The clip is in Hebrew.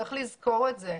וצריך לזכור את זה.